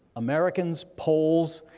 americans, pols,